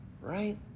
right